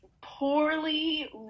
poorly